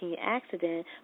accident